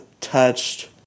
touched